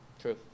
True